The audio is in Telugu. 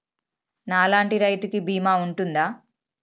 నా లాంటి రైతు కి బీమా ఉంటుందా?